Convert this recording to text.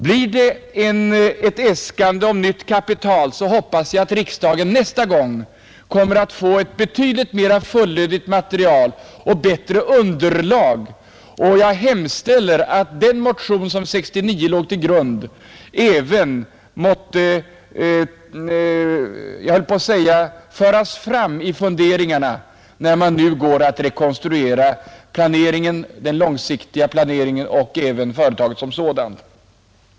Kommer ett äskande om nytt kapital hoppas jag att riksdagen nästa gång får ett betydligt mera fullödigt material och bättre underlag, och jag hemställer att den motion som 1969 låg till grund även kommer att finnas med i bilden vid funderingarna när man nu går att rekonstruera den långsiktiga planeringen och även företaget som sådant.